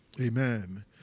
Amen